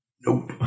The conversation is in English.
Nope